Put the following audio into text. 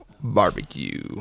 barbecue